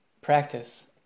practice